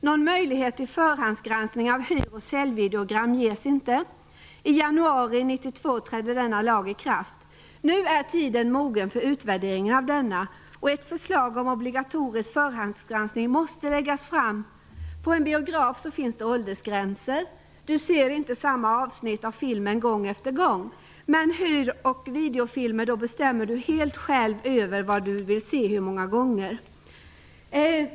Någon möjlighet till förhandsgranskning av hyr och säljvideogram ges inte. Den 1 januari 1992 trädde denna lag i kraft. Nu är tiden mogen för utvärdering av denna. Ett förslag om obligatorisk förhandsgranskning måste läggas fram. På en biograf finns åldersgränser. Du ser inte samma avsnitt av filmen gång efter gång, men när det gäller hyr och videofilmer bestämmer du själv helt över vad du vill se och hur många gånger.